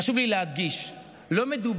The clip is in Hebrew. חשוב לי להדגיש: לא מדובר